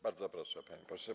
Bardzo proszę, panie pośle.